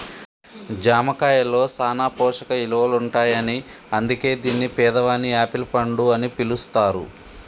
జామ కాయలో సాన పోషక ఇలువలుంటాయని అందుకే దీన్ని పేదవాని యాపిల్ పండు అని పిలుస్తారు